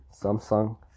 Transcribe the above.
Samsung